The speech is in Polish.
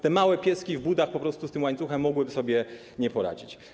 Te małe pieski w budach po prostu z tym łańcuchem mogłyby sobie nie poradzić.